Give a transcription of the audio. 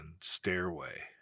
stairway